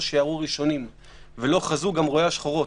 שיערו ראשונים ולא חזו גם רואי השחורות.